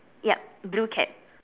yup blue cap